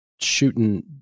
shooting